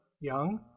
young